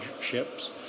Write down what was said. ships